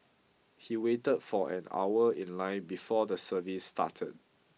he waited for an hour in line before the service started